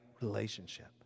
relationship